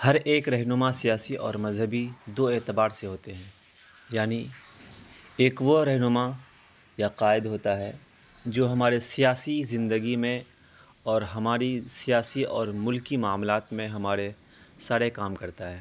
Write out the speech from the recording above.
ہر ایک رہنما سیاسی اور مذہبی دو اعتبار سے ہوتے ہیں یعنی ایک وہ رہنما یا قائد ہوتا ہے جو ہمارے سیاسی زندگی میں اور ہماری سیاسی اور ملکی معاملات میں ہمارے سارے کام کرتا ہے